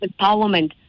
empowerment